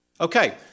Okay